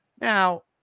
Now